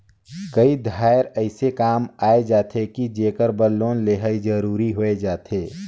कए धाएर अइसे काम आए जाथे कि जेकर बर लोन लेहई जरूरी होए जाथे